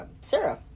Sarah